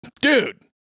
dude